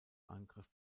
angriff